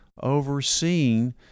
overseeing